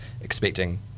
expecting